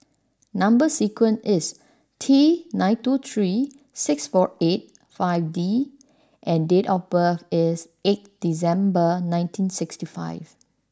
number sequence is T nine two three six four eight five D and date of birth is eight December nineteen sixty five